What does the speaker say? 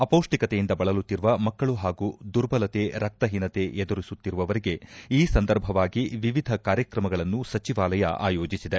ಅಪೌಷ್ಟಿಕತೆಯಿಂದ ಬಳಲುತ್ತಿರುವ ಮಕ್ಕಳು ಪಾಗೂ ದುರ್ಬಲತೆ ರಕ್ತಹೀನತೆ ಎದುರಿಸುತ್ತಿರುವವರಿಗೆ ಈ ಸಂದರ್ಭವಾಗಿ ವಿವಿಧ ಕಾರ್ಯಕ್ರಮಗಳನ್ನು ಸಚಿವಾಲಯ ಆಯೋಜಿಸಿದೆ